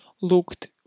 looked